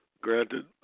Granted